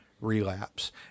relapse